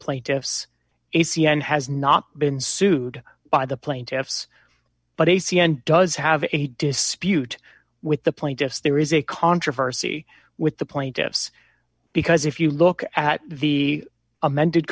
plaintiffs a c n has not been sued by the plaintiffs but a c n does have a dispute with the plaintiffs there is a controversy with the plaintiffs because if you look at the amended